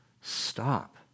Stop